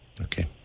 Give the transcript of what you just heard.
Okay